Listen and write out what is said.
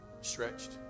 stretched